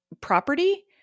property